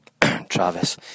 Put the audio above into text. Travis